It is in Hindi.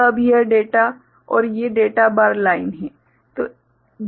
तो अब यह डेटा और ये डेटा बार लाइन है